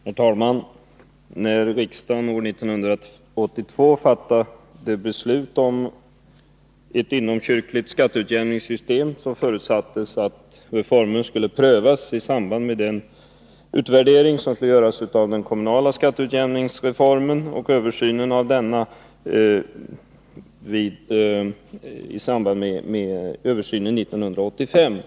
Herr talman! När riksdagen år 1982 fattade sitt beslut om ett inomkyrkligt skatteutjämningssystem förutsattes det att reformen skulle prövas i samband med den utvärdering som skall göras av den kommunala skatteutjämningsreformen 1985.